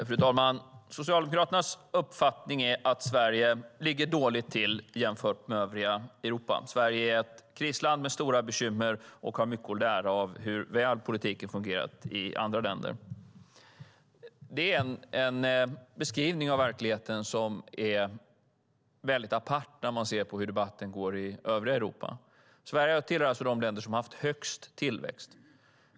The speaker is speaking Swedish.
Fru talman! Socialdemokraternas uppfattning är att Sverige ligger dåligt till jämfört med övriga Europa, att Sverige är ett krisland med stora bekymmer och har mycket att lära av hur väl politiken har fungerat i andra länder. Det är en beskrivning av verkligheten som är mycket apart, när man ser på hur debatten går i övriga Europa. Sverige tillhör de länder som har haft högst tillväxt.